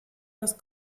les